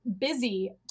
busy